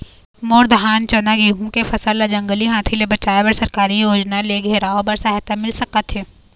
मोर धान चना गेहूं के फसल ला जंगली हाथी ले बचाए बर सरकारी योजना ले घेराओ बर सहायता मिल सका थे?